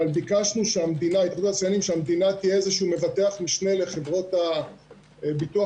אבל ביקשנו שהמדינה תהיה איזשהו מבטח משנה לחברות ביטוח